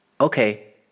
Okay